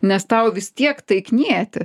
nes tau vis tiek tai knieti